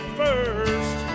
first